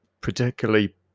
particularly